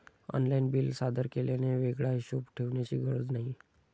online bill सादर केल्याने वेगळा हिशोब ठेवण्याची गरज नाही